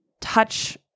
touch